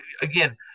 Again